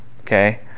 okay